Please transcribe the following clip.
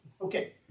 Okay